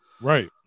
Right